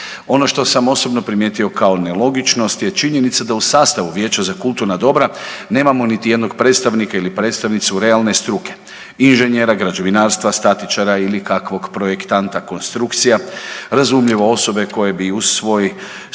Ono što sam osobno primijetio kao nelogičnost je činjenica da u sastavu vijeća za kulturna dobra nemamo niti jednog predstavnika ili predstavnicu realne struke, inženjera građevinarstva, statičara ili kakvog projektanta konstrukcija. Razumljivo osobe koje bi uz svoj